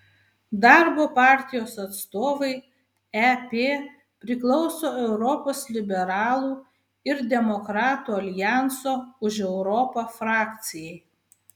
darbo partijos atstovai ep priklauso europos liberalų ir demokratų aljanso už europą frakcijai